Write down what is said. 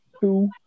two